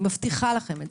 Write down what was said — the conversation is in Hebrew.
מבטיחה לכם.